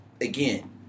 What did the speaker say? again